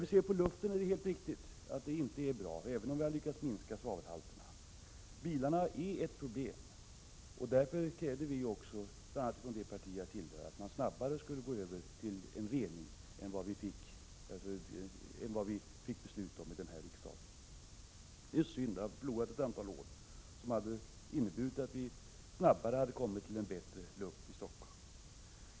Beträffande luften får vi erkänna att den inte är bra, även om vi har lyckats minska svavelhalterna. Bilarna är ett problem, och därför krävde vi från det parti jag tillhör att man snabbare skall gå över till rening av avgaserna än vad riksdagen fattat beslut om. Det är synd att vi har förlorat ett antal år som, rätt använda, hade inneburit att vi snabbare fått bättre luft i Stockholm.